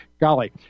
Golly